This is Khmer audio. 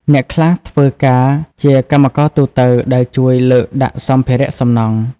អ្នកខ្លះធ្វើការជាកម្មករទូទៅដែលជួយលើកដាក់សម្ភារៈសំណង់។